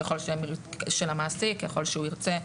ככל שהוא ירצה,